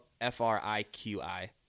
F-R-I-Q-I